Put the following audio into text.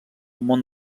món